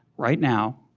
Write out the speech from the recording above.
right now,